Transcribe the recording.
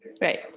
Right